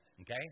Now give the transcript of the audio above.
Okay